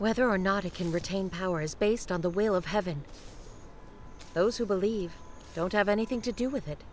whether or not it can retain power is based on the will of heaven those who believe don't have anything to do with it